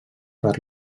per